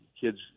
kids